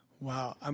Wow